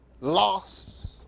lost